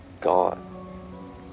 gone